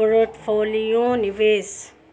portfolio निवेश